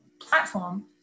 platform